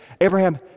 Abraham